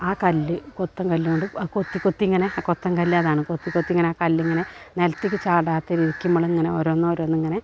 ആ കല്ല് കൊത്തങ്കല്ലോണ്ട് കൊത്തി കൊത്തിങ്ങനെ കൊത്തങ്കല്ലതാണ് കൊത്തി കൊത്തിങ്ങനെ കല്ലിങ്ങനെ നിലത്തേക്കു ചാടാത്ത രീതിക്ക് നമ്മളിങ്ങനെ ഓരോന്നോരോന്നിങ്ങനെ